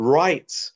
rights